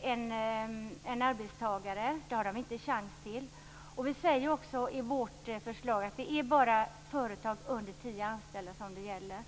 en arbetstagare, det har de inte en chans till. Vi säger i vårt förslag att det bara är företag med under tio anställda som detta gäller.